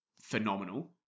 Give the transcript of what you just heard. phenomenal